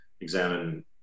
examine